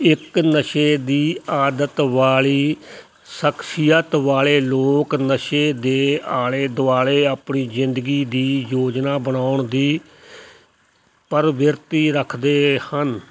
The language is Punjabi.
ਇੱਕ ਨਸ਼ੇ ਦੀ ਆਦਤ ਵਾਲੀ ਸ਼ਖਸੀਅਤ ਵਾਲੇ ਲੋਕ ਨਸ਼ੇ ਦੇ ਆਲੇ ਦੁਆਲੇ ਆਪਣੀ ਜ਼ਿੰਦਗੀ ਦੀ ਯੋਜਨਾ ਬਣਾਉਣ ਦੀ ਪ੍ਰਵਿਰਤੀ ਰੱਖਦੇ ਹਨ